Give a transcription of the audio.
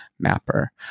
Mapper